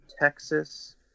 Texas